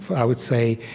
i would say,